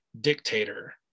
dictator